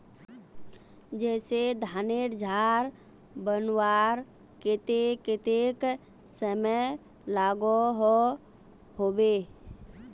जैसे धानेर झार बनवार केते कतेक समय लागोहो होबे?